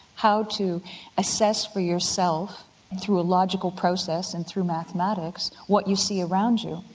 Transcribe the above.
how to assess for yourself through a logical process and through mathematics, what you see around you,